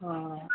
অঁ